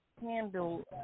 handle